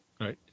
Right